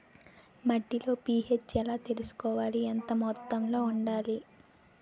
మట్టిలో పీ.హెచ్ ఎలా తెలుసుకోవాలి? ఎంత మోతాదులో వుండాలి?